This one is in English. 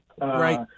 Right